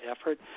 effort